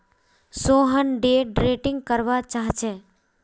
Sohan day trading करवा चाह्चे